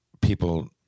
people